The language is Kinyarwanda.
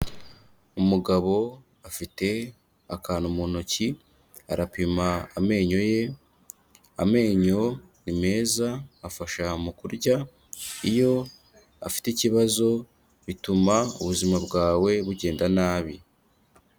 Umugabo afite akantu mu ntoki, arapima amenyo ye, amenyo ni meza afasha mu kurya, iyo afite ikibazo bituma ubuzima bwawe bugenda nabi.